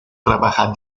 trabaja